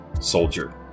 soldier